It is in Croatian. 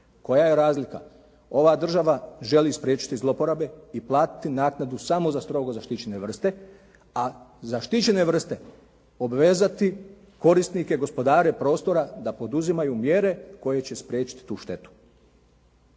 Koja je razlika? Ova država želi spriječiti zloporabe i platiti naknadu samo za strogo zaštićene vrste. A zaštićene vrste obvezati korisnike, gospodare prostora da poduzimaju mjere koje će spriječiti tu štetu.